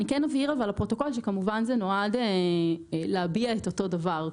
אני כן אבהיר לפרוטוקול שכמובן זה נועד להביע את אותו דבר.